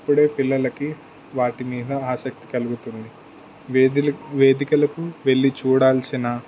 అప్పుడే పిల్లలకి వాటి మీద ఆసక్తి కలుగుతుంది వేదిల వేదికలకు వెళ్ళి చూడాల్సిన